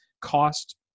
cost